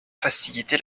facilité